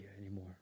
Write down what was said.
anymore